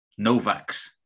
Novax